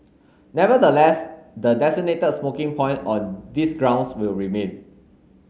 nevertheless the designated smoking point on these grounds will remain